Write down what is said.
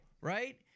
right